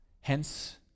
Hence